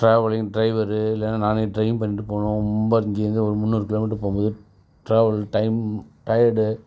travelling driver இல்லைன்னா நானே driving பண்ணிட்டு போகணும் ரொம்ப இங்கேருந்து ஒரு முந்நூறு கிலோமீட்ரு போகும்போது ட்ராவல் டைம் டயடு